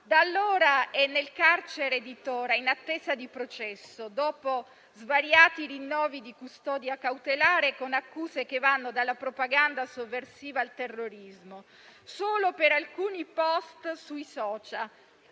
Da allora è nel carcere di Tora, in attesa di processo, dopo svariati rinnovi di custodia cautelare con accuse che vanno dalla propaganda sovversiva al terrorismo, solo per alcuni *post* sui *social*,